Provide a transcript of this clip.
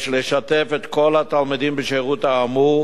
יש לשתף את כל התלמידים בשירות האמור